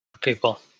people